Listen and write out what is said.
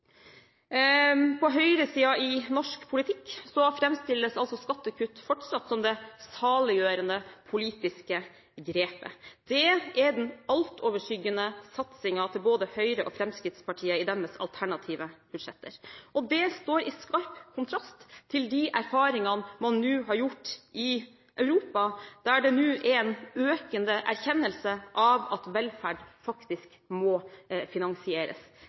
På høyresiden i norsk politikk framstilles skattekutt fortsatt som det saliggjørende politiske grepet. Det er den altoverskyggende satsingen til både Høyre og Fremskrittspartiet i deres alternative budsjetter. Det står i skarp kontrast til de erfaringene man har gjort seg i Europa, der det nå er en økende erkjennelse av at velferd faktisk må finansieres.